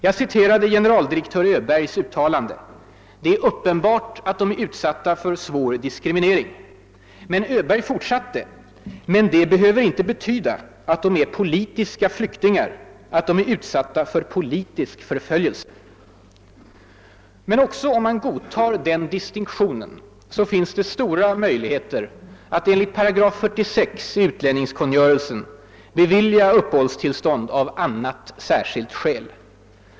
Jag citerade generaldirektör Öbergs uttalande: »Det är uppenbart att de är utsatta för en svår diskriminering ———» Men Öberg fortsatte: »——— men det behöver inte betyda att de är politiska flyktingar, att de är utsatta för politisk förföljelse.» Även om man godtar den distinktionen finns det stora möjligheter att enligt 46 § i utlänningskungörelsen bevilja uppehållstillstånd av »annat särskilt skäl».